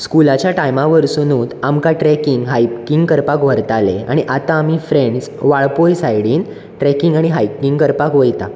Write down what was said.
स्कुलाच्या टायमा वरसुनूच आमकां ट्रेकिंग हायकिंग करपाक व्हरताले आनी आतां आमी फ्रेंड्स वाळपय सायडींत ट्रेकिंग आनी हायकिंग करपाक वयता